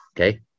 okay